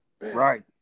right